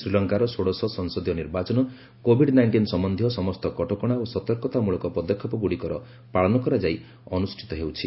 ଶ୍ରୀଲଙ୍କାର ଷୋଡ଼ଶ ସଂସଦୀୟ ନିର୍ବାଚନ କୋଭିଡ୍ ନାଇଷ୍ଟିନ୍ ସମ୍ୟନ୍ଧୀୟ ସମସ୍ତ କଟକଣା ଓ ସତର୍କତାମୂଳକ ପଦକ୍ଷେପଗୁଡ଼ିକର ପାଳନ କରାଯାଇ ଅନୁଷ୍ଠିତ ହେଉଛି